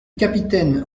capitaine